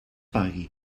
pague